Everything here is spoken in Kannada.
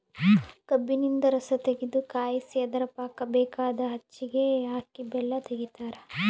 ಕಬ್ಬಿನಿಂದ ರಸತಗೆದು ಕಾಯಿಸಿ ಅದರ ಪಾಕ ಬೇಕಾದ ಹೆಚ್ಚಿಗೆ ಹಾಕಿ ಬೆಲ್ಲ ತೆಗಿತಾರ